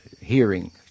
Hearing